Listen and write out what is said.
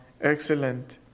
excellent